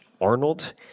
Arnold